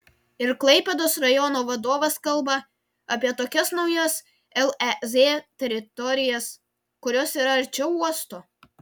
ir klaipėdos rajono vadovas kalba apie tokias naujas lez teritorijas kurios yra arčiau uosto